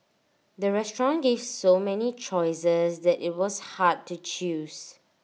the restaurant gave so many choices that IT was hard to choose